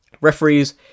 referees